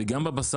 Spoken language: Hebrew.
זה גם בבשר,